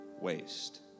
waste